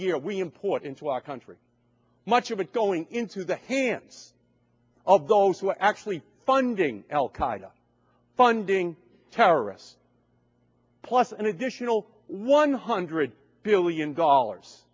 year we import into our country much of it going into the hands of those who are actually funding al qaida funding terrorists plus an additional one hundred billion dollars